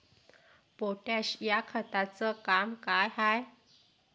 Potash या खताचं काम का हाय?